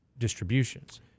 distributions